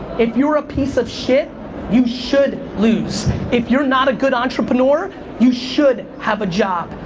if you're a piece of shit you should lose. if you're not a good entrepreneur you should have a job.